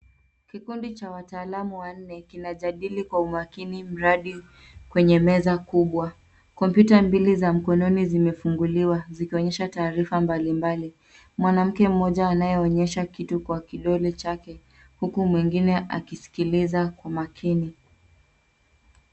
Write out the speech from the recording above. Kikundi cha wataalamu wanne kinajadili kwa umakini mradi kwenye meza kubwa. Kompyuta mbili za mkononi zimefunguliwa, zikionyesha taarifa mbali mbali. Mwanamke mmoja anayeonyesha kitu kwa kidole chake huku mwingine akisikiliza kwa umakini.